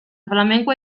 flamenkoa